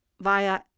via